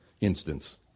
instance